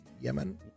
Yemen